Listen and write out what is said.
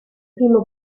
primo